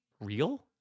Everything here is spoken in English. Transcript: real